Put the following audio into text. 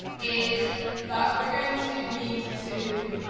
is that we're going to need to.